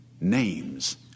names